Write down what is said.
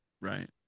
Right